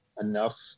enough